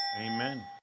Amen